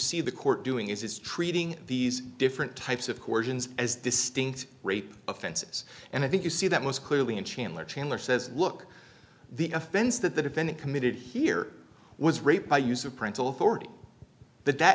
see the court doing is treating these different types of coercions as distinct rape offenses and i think you see that most clearly in chandler chandler says look the offense that the defendant committed here was rape by use of parental authority that that